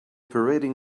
parading